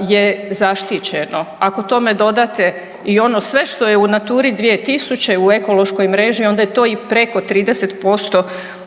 je zaštićeno, ako tome dodate i ono sve što je u Naturi 2000, u ekološkoj mreži onda je to i preko 30% koliko